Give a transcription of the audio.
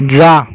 जा